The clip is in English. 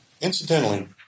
Incidentally